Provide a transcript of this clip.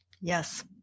Yes